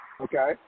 Okay